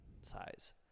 size